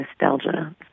nostalgia